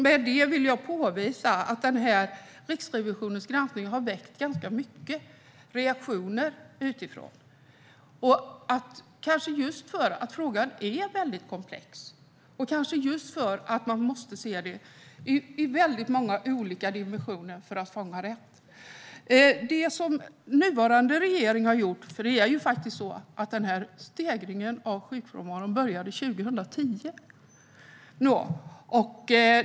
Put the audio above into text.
Med detta vill jag påvisa att Riksrevisionens granskning har väckt ganska mycket reaktioner utifrån, kanske just för att frågan är väldigt komplex och för att man måste se det ur väldigt många olika dimensioner för att komma rätt. Stegringen av sjukfrånvaron började 2010.